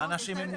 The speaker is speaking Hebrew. אנשים עם מוגבלות,